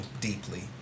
deeply